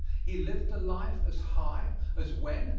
he lived a life as high as when,